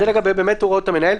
12, זה לגבי הוראות המנהל.